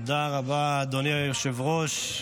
תודה רבה, אדוני היושב-ראש.